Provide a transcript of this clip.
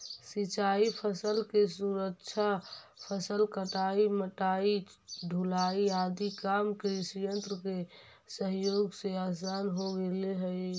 सिंचाई फसल के सुरक्षा, फसल कटाई, मढ़ाई, ढुलाई आदि काम कृषियन्त्र के सहयोग से आसान हो गेले हई